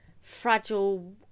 fragile